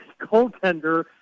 goaltender